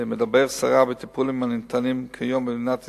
מדברים סרה בטיפולים הניתנים כיום במדינת ישראל,